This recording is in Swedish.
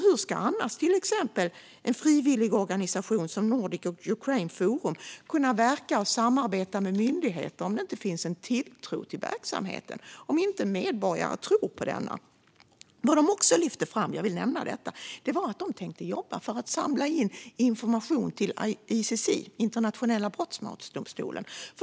Hur ska en frivillig organisation som Nordic Ukraine Forum kunna verka och samarbeta med myndigheter om det inte finns en tilltro till verksamheten, om medborgare inte tror på den? Jag vill också nämna att de lyfte fram att de tänker jobba för att samla in information till ICC, Internationella brottmålsdomstolen.